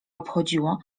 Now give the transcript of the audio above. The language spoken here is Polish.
obchodziło